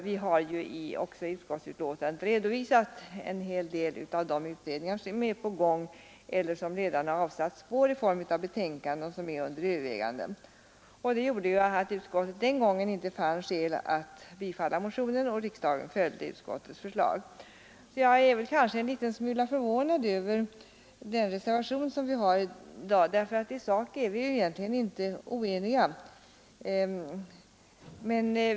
Vi har i betänkandet också redovisat en hel del av de utredningar som arbetar eller som redan avsatt spår i form av betänkanden som är under övervägande. Utskottet fann 1971 inte skäl att tillstyrka motionen, och riksdagen följde utskottets förslag. Jag är en smula förvånad över den reservation som föreligger i dag; i sak är vi egentligen inte oeniga.